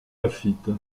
laffitte